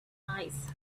eyes